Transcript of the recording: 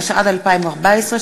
התשע"ד 2014,